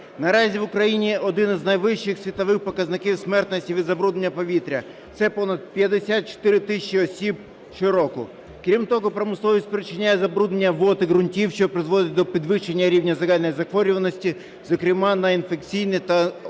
Наразі в Україні один з найвищих світових показників смертності від забруднення повітря, це понад 54 тисячі осіб щороку. Крім того, промисловість спричиняє забруднення вод і ґрунтів, що призводить до підвищення рівня загальної захворюваності, зокрема, на інфекційні та онкологічні